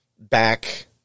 back